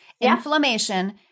inflammation